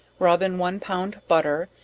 rub in one pound butter,